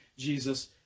Jesus